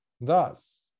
Thus